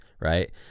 right